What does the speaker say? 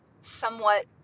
somewhat